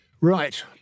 right